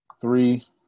three